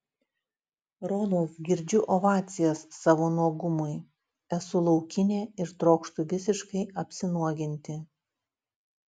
rodos girdžiu ovacijas savo nuogumui esu laukinė ir trokštu visiškai apsinuoginti